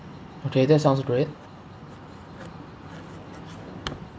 okay that sounds great